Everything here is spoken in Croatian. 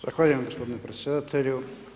Zahvaljujem gospodine predsjedatelju.